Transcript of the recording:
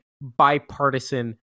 bipartisan